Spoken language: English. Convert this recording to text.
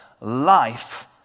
life